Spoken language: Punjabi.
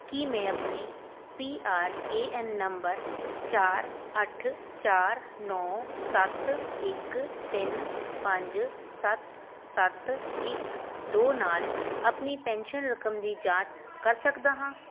ਕੀ ਮੈਂ ਆਪਣੇ ਪੀ ਆਰ ਏ ਐੱਨ ਨੰਬਰ ਚਾਰ ਅੱਠ ਚਾਰ ਨੌਂ ਸੱਤ ਇੱਕ ਤਿੰਨ ਪੰਜ ਸੱਤ ਸੱਤ ਇੱਕ ਦੋ ਨਾਲ ਆਪਣੀ ਪੈਨਸ਼ਨ ਰਕਮ ਦੀ ਜਾਂਚ ਕਰ ਸਕਦਾ ਹਾਂ